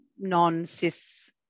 non-cis